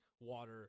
water